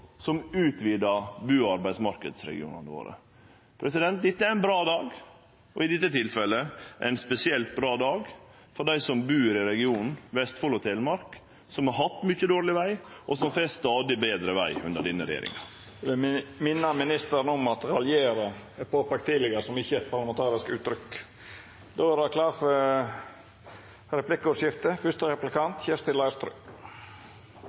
som utvidar bu- og arbeidsmarknadsregionane våre. Dette er ein bra dag, og i dette tilfellet ein spesielt bra dag for dei som bur i regionen Vestfold og Telemark, som har hatt mykje dårleg veg, og som får stadig betre veg under denne regjeringa. Eg vil minna ministeren om at «raljera» er påpeikt tidlegare som eit ikkje-parlamentarisk uttrykk. Det vert replikkordskifte.